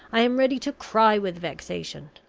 i am ready to cry with vexation.